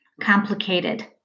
complicated